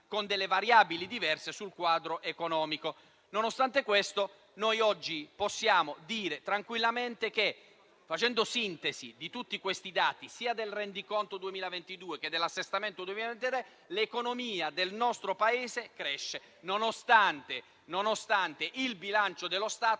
con delle variabili diverse, sul quadro economico. Nonostante questo, oggi possiamo dire tranquillamente, facendo la sintesi di tutti i dati sia del rendiconto 2022 che dell'assestamento 2023, che l'economia del nostro Paese cresce, nonostante il bilancio dello Stato